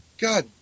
God